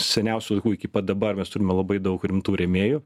seniausių laikų iki pat dabar mes turime labai daug rimtų rėmėjų